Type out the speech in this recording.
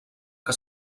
que